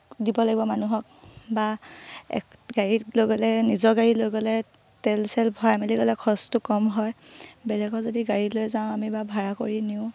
দিব লাগিব মানুহক বা গাড়ীত লৈ গ'লে নিজৰ গাড়ী লৈ গ'লে তেল চেল ভৰাই মেলি গ'লে খৰচটো কম হয় বেলেগৰ যদি গাড়ী লৈ যাওঁ আমি বা ভাড়া কৰি নিওঁ